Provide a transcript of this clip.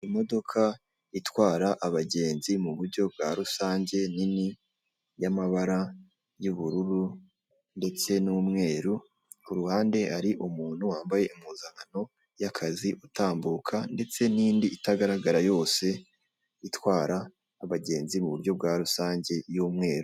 Imodoka itwara abagenzi mu buryo bwa rusange nini y'amabara y'ubururu ndetse n'umweru, ku ruhande hari umuntu wambaye impuzankano y'akazi utambuka ndetse n'indi itagaragara yose itwara abagenzi mu buryo bwa rusange y'umweru